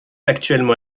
actuellement